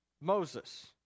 Moses